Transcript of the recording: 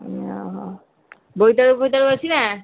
ବୋଇତାଳୁ ଫୋଇତାଳୁ ଅଛି ନା